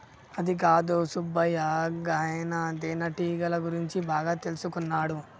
అదికాదు సుబ్బయ్య గాయన తేనెటీగల గురించి బాగా తెల్సుకున్నాడు